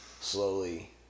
slowly